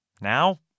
Now